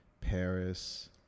Paris